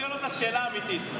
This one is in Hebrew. הוא שואל אותך שאלה אמיתית.